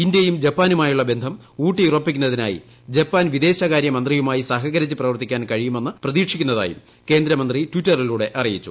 ഇന്ത്യയും ജപ്പാനുമായുള്ള ബന്ധം ഊട്ടിയുറപ്പിക്കുന്നതിനായി ജപ്പാൻ വിദേശകാര്യമന്ത്രിയുമായി സഹകരിച്ച് പ്രവർത്തിക്കാൻ കഴിയുമെന്ന് പ്രതീക്ഷിക്കുന്നതായും കേന്ദ്രമന്ത്രി ട്വീറ്ററിലൂടെ അറിയിച്ചു